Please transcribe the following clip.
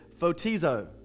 photizo